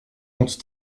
compte